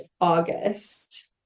August